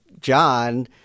John